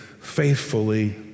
faithfully